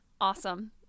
Awesome